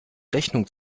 rechnung